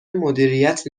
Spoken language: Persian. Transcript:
مدیریت